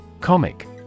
Comic